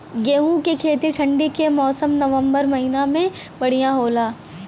गेहूँ के खेती ठंण्डी के मौसम नवम्बर महीना में बढ़ियां होला?